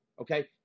Okay